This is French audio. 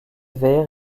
vert